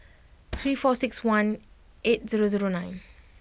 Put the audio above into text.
three four six one eight zero zero nine